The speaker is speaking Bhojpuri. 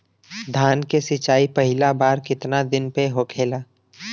धान के सिचाई पहिला बार कितना दिन पे होखेला?